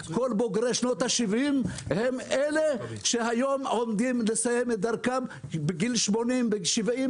כל בוגרי שנות השבעים הם אלה שהיום עומדים לסיים את דרכם בגיל 80-70,